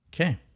Okay